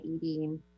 eating